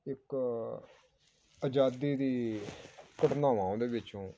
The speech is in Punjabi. ਇੱਕ ਆਜ਼ਾਦੀ ਦੀ ਘਟਨਾਵਾਂ ਉਹਦੇ ਵਿੱਚੋਂ